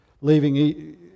leaving